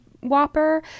Whopper